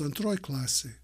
antroj klasėj